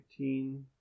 15